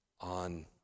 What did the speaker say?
on